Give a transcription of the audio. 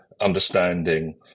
understanding